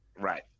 Right